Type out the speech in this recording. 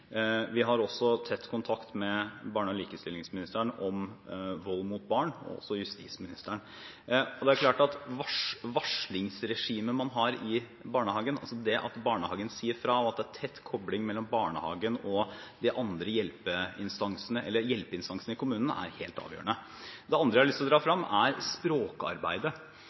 Vi har også tett kontakt med barne- og likestillingsministeren og justisministeren om vold mot barn. Det er klart at varslingsregimet man har i barnehagen, altså det at barnehagen sier fra, og at det er tett kobling mellom barnehagen og hjelpeinstansene i kommunen, er helt avgjørende. Det andre jeg har lyst å dra frem, er språkarbeidet. Det er nok grunn til å